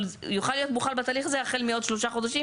אבל יוכל להיות מוחל בתהליך הזה החל מעוד 3 חודשים,